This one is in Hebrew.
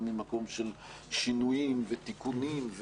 גם ממקום של שינויים ותיקונים,